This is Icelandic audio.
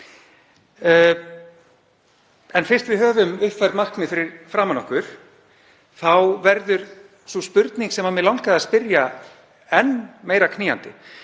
En fyrst við höfum uppfærð markmið fyrir framan okkur verður sú spurning sem mig langaði að spyrja enn meira knýjandi.